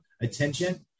attention